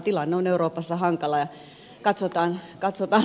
tilanne on euroopassa hankala